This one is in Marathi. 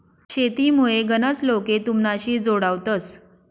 शेतीमुये गनच लोके तुमनाशी जोडावतंस